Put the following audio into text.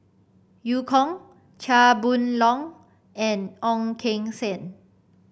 Eu Kong Chia Boon Leong and Ong Keng Sen